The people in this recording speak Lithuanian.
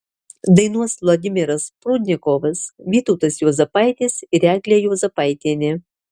dainuos vladimiras prudnikovas vytautas juozapaitis ir eglė juozapaitienė